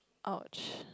!ouch!